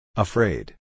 Afraid